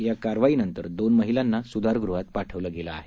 या कारवाईनंतर दोन महिलांना सुधारगृहात पाठवलं आहे